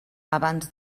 abans